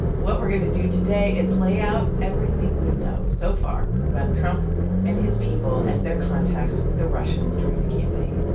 what we're going to do today is lay out everything we know so far about trump and his people and their contacts with the russians during the campaign.